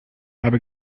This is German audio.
habe